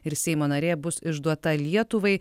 ir seimo narė bus išduota lietuvai